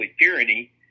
tyranny